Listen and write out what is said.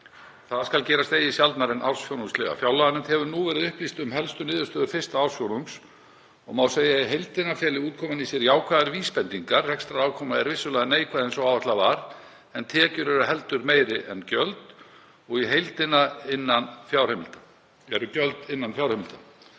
Það skal gerast eigi sjaldnar en ársfjórðungslega. Fjárlaganefnd hefur nú verið upplýst um helstu niðurstöður fyrsta ársfjórðungs og má segja að í heildina feli útkoman í sér jákvæðar vísbendingar. Rekstrarafkoma er vissulega neikvæð eins og áætlað var, en tekjur eru heldur meiri en gjöld og í heildina eru gjöld innan fjárheimilda.